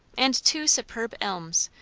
and two superb elms,